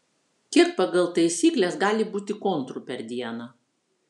kiek pagal taisykles gali būti kontrų per dieną